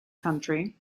country